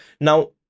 Now